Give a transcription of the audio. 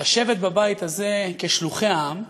לשבת בבית הזה, כשלוחי העם,